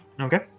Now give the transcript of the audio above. Okay